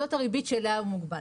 וזאת הריבית שאליה הוא מוגבל.